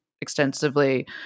extensively